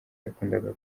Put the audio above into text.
yakundaga